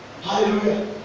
Hallelujah